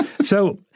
So-